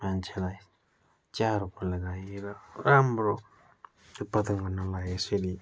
मान्छेलाई चिया रोप्न लगाए र राम्रो उत्पादन गर्न लाए यसरी